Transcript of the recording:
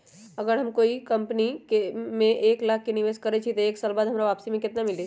अगर हम कोई कंपनी में एक लाख के निवेस करईछी त एक साल बाद हमरा वापसी में केतना मिली?